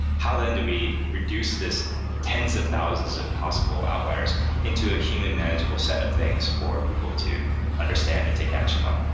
how then do we reduce this tens of thousands of possible outliers into a human manageable set of things for people to understand and take action on?